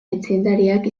aitzindariak